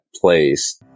place